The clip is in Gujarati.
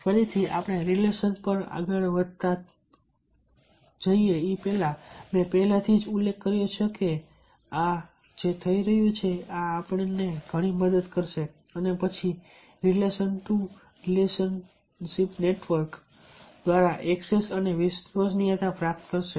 ફરીથી રિલેશનશિપ પર આગળ આવતાં મેં પહેલેથી જ ઉલ્લેખ કર્યો છે કે હા આ જ થઈ રહ્યું છે આ ઘણી મદદ કરશે અને પછી રિલેશનશિપ ટુ રિલેશનશિપ નેટવર્ક દ્વારા ઍક્સેસ અને વિશ્વસનીયતા પ્રાપ્ત કરશે